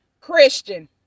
christian